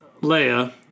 Leia